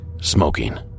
smoking